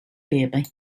baby